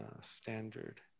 standard